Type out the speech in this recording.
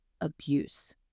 abuse